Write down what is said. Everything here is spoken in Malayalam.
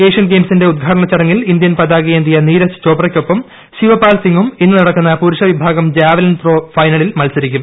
ഏഷ്യൻ ഗെയിംസിന്റെ ഉദ്ഘാടന ചടങ്ങിൽ ഇന്ത്യൻ പതാകയേന്തിയ നീരജ് ചോപ്രയ്ക്കൊപ്പം ശിവപാൽ സിംഗും ഇന്ന് നടക്കുന്ന പുരുഷ വിഭാഗം ജാവലിൻ ത്രോ ഫൈനലിൽ മത്സരിക്കും